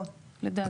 לדעתי.